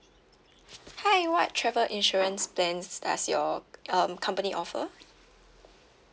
hi what travel insurance plans does your um company offer